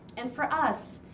and for us,